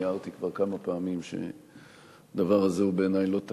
אני הערתי כבר כמה פעמים שהדבר הזה הוא בעיני לא תקין,